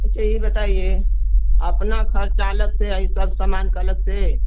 अच्छा ये बताइए अपना खर्चा अलग से या ये सब सामान का अलग से